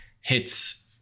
hits